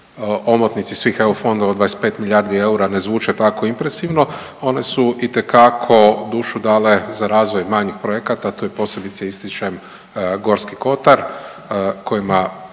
omotnici svih EU fondova 25 milijardi eura ne zvuče tako impresivno one su itekako dušu dale za razvoj manjih projekata. Tu posebice ističem Gorski kotar kojima